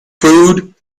food